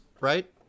right